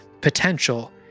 potential